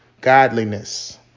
godliness